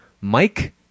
Mike